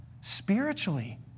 Spiritually